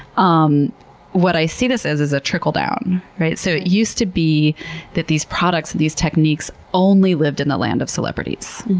um what i see this as is a trickle-down. so it used to be that these products, these techniques, only lived in the land of celebrities.